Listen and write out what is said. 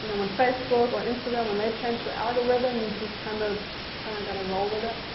you know when facebook or instagram, when they change the algorithm you just kind of just kinda gotta roll with it.